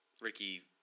Ricky